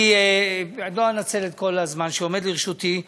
אני לא אנצל את כל הזמן שעומד לרשותי.